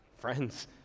friends